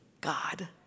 God